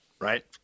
right